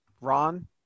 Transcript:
Ron